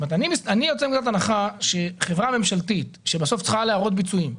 אני יוצא מנקודת הנחה שחברה ממשלתית שבסוף צריכה להראות ביצועים,